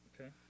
Okay